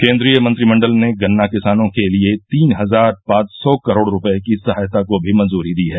केंद्रीय मंत्रिमंडल ने गन्ना किसानों के लिए तीन हजार पांच सौ करोड़ रुपये की सहायता को भी मंजूरी दी है